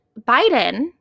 Biden